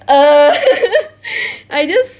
err I just